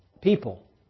people